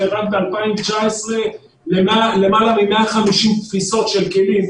ורק ב-2019 למעלה מ-150 כלים,